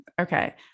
Okay